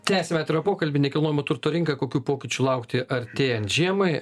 tęsiame atvirą pokalbį nekilnojamo turto rinka kokių pokyčių laukti artėjan žiemai